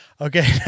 Okay